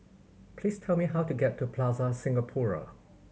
please tell me how to get to Plaza Singapura